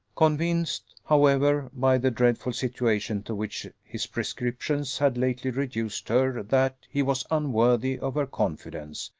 convinced, however, by the dreadful situation to which his prescriptions had lately reduced her that he was unworthy of her confidence,